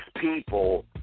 people